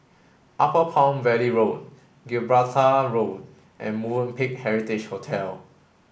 Upper Palm Valley Road Gibraltar Road and Movenpick Heritage Hotel